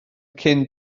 cyn